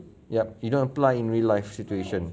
yup you don't apply in real life situation